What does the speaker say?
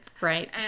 right